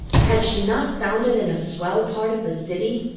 had she not found it in a swell part of the city,